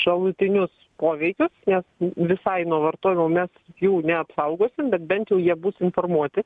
šalutinius poveikius nes visai nuo vartojimo mes jų neapsaugosim bet bent jau jie bus informuoti